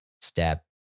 step